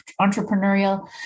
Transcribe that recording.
entrepreneurial